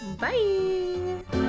bye